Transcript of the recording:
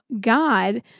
God